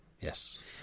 Yes